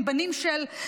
בנים של,